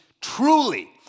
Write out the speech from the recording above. truly